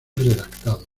redactado